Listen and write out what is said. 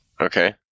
Okay